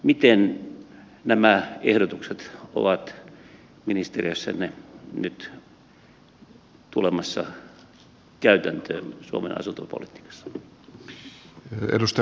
miten nämä ehdotukset ovat ministeriössänne nyt tulemassa käytäntöön suomen asuntopolitiikassa